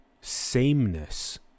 sameness